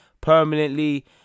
permanently